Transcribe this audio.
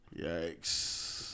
Yikes